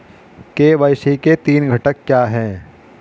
KYC के तीन घटक क्या हैं?